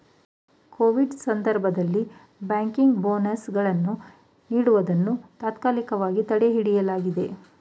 Covid ಸಂದರ್ಭದಲ್ಲಿ banking bonus ಗಳನ್ನು ನೀಡುವುದನ್ನು ತಾತ್ಕಾಲಿಕವಾಗಿ ತಡೆಹಿಡಿಯಲಾಗಿದೆ